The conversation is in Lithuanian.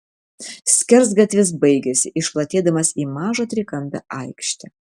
skersgatvis baigėsi išplatėdamas į mažą trikampę aikštę